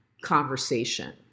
conversation